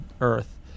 Earth